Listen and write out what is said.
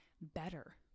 better